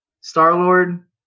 Star-Lord